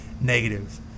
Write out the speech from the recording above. negative